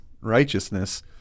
righteousness